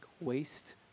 waste